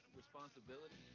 responsibility